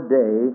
day